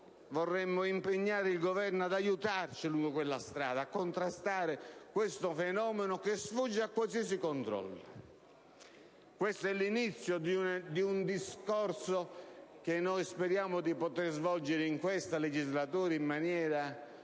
almeno impegnare il Governo ad aiutarci a contrastare questo fenomeno, che sfugge a qualsiasi controllo. Questo è l'inizio di un discorso che noi speriamo di poter svolgere in questa legislatura in maniera